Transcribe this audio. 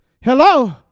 Hello